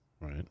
Right